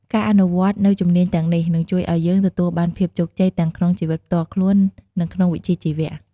ការអនុវត្តន៍នូវជំនាញទាំងនេះ នឹងជួយឲ្យយើងទទួលបានភាពជោគជ័យទាំងក្នុងជីវិតផ្ទាល់ខ្លួន និងក្នុងវិជ្ជាជីវៈ។